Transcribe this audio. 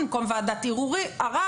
במקום ועדת ערר,